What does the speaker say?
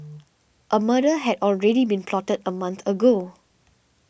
a murder had already been plotted a month ago